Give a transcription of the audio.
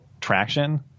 traction